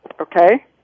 okay